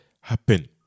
happen